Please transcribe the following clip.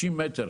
60 מטר,